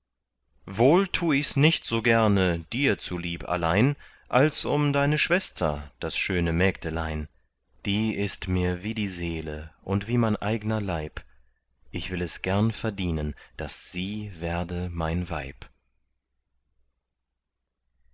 wohl tu ichs nicht so gerne dir zu lieb allein als um deine schwester das schöne mägdelein die ist mir wie die seele und wie mein eigner leib ich will es gern verdienen daß sie werde mein weib